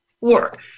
work